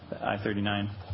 I-39